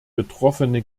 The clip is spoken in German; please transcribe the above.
betroffene